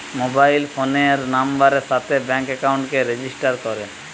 mobile ফোনের নাম্বারের সাথে ব্যাঙ্ক একাউন্টকে রেজিস্টার করে